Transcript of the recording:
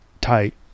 tight